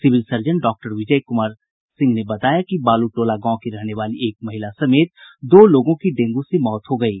civil surgeon डॉ विजय कुमार सिंह ने बताया कि बालू टोला गांव की रहने वाली एक महिला समेत दो लोगों की डेंगू से मौत हो गयी